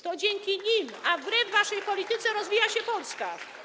To dzięki nim, a wbrew waszej polityce rozwija się Polska.